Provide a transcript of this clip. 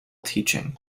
teaching